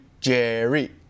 Jerry